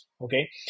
okay